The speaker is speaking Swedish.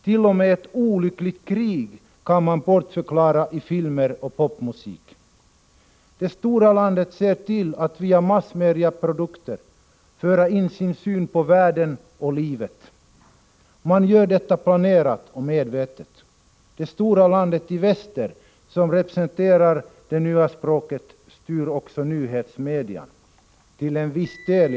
T.o.m. ett olyckligt krig kan man bortförklara i filmer och popmusik. Det stora landet ser till att via massmediaprodukter föra in sin syn på världen och livet. Man gör detta planerat och medvetet. Det stora landet i väster, som representerar det nya språket, styr också nyhetsmedia, i varje fall till en viss del.